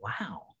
Wow